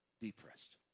depressed